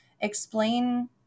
explain